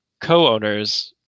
co-owners